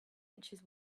inches